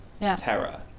terror